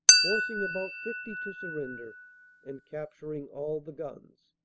forcing about fifty to surrender and capturing all the guns.